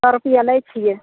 सए रुपैआ लै छियै